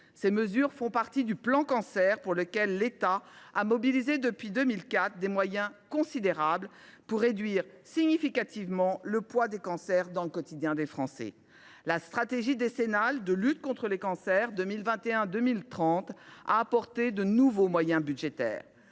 Ces mesures font partie des plans Cancer, pour lesquels l’État a mobilisé depuis 2004 des moyens considérables afin de réduire significativement le poids des cancers dans le quotidien des Français. La stratégie décennale de lutte contre les cancers 2021 2030 a apporté de nouveaux moyens budgétaires.